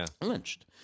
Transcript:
lynched